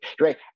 right